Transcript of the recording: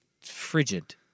frigid